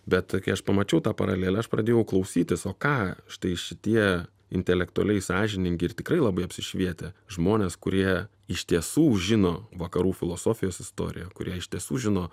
bet kai aš pamačiau tą paralelę aš pradėjau klausytis o ką štai šitie intelektualiai sąžiningi ir tikrai labai apsišvietę žmonės kurie iš tiesų žino vakarų filosofijos istoriją kurie iš tiesų žino